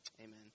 Amen